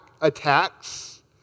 attacks